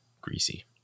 greasy